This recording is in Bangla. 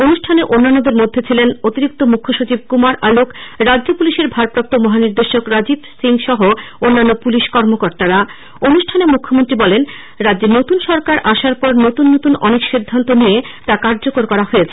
অনুষ্ঠানে অন্যান্যদের মধ্যে ছিলেন অতিরিক্ত মুখ্য সচিব কুমার অলোক রাজ্য পুলিশের ভারপ্রাপ্ত মহানির্দেশক রাজীব সিং সহ অন্যান্য পুলিশ কর্মকর্তারা অনুষ্ঠানে মুখ্যমন্ত্রী বলেন রাজ্যে নতুন সরকার আসার পর নতুন নতুন অনেক সিদ্ধান্ত নেওয়া হয়েছে ও কার্যকর হয়েছে